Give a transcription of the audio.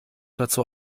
dazu